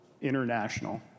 international